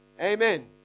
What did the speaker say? Amen